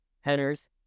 headers